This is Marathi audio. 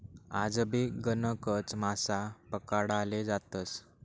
आजबी गणकच मासा पकडाले जातस